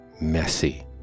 messy